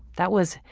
that was,